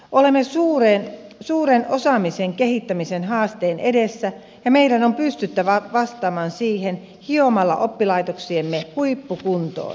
olemme suuren osaamisen kehittämisen haasteen edessä ja meidän on pystyttävä vastaamaan siihen hiomalla oppilaitoksiamme huippukuntoon